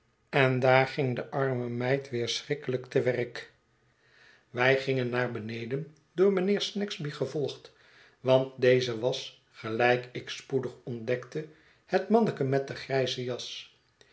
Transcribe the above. en daar gaat de arme meid weer schrikkelijk te werk wij gingen naar beneden door mijnheer snagsby gevolgd want deze was gelijk ik spoedig ontdekte het manneke met de grijze jas